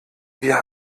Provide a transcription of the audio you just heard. wir